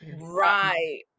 Right